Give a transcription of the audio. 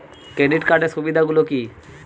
Credit কার্ডের সুবিধা গুলো কি?